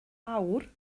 awr